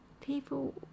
people